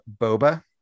boba